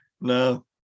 No